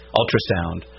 ultrasound